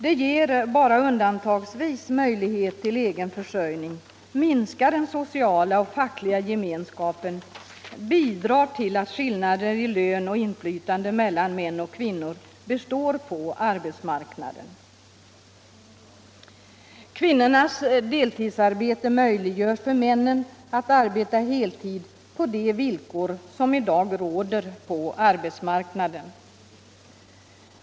Det ger bara undan Kvinnor i statlig tagsvis möjlighet till egen försörjning, minskar den sociala och fackliga gemenskapen och bidrar till att skillnaden i lön och inflytande mellan män och kvinnor består på arbetsmarknaden. Kvinnornas deltidsarbete möjliggör för männen att arbeta heltid på de villkor som: i dag råder på arbetsmarknaden.